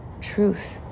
truth